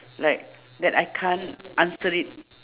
like like I can't answer it